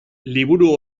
liburu